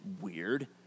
weird